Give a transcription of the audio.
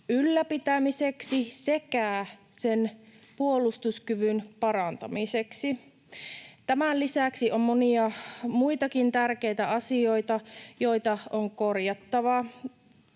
ylläpitämiseksi että sen puolustuskyvyn parantamiseksi. Tämän lisäksi on monia muitakin tärkeitä asioita, joita on korjattava.